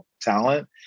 talent